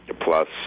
plus